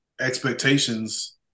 expectations